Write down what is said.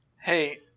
hey